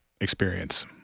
Experience